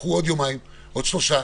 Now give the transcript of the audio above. קחו עוד יומיים, עוד שלושה.